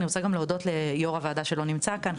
אני רוצה להגיד תודה גם ליו"ר הוועדה שלא נמצא כאן,